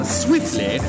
swiftly